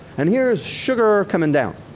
and here is sugar coming down.